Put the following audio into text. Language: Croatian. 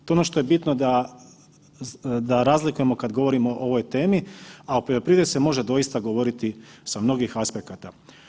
To je ono što je bitno da razlikujemo kad govorimo o ovoj temi, a o poljoprivredi se može doista govoriti sa mnogih aspekata.